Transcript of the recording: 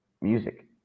music